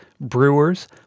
brewers